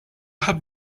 have